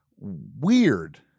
Weird